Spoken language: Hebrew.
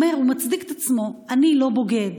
אומר, מצדיק את עצמו: אני לא בוגד,